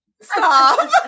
Stop